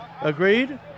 Agreed